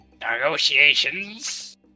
negotiations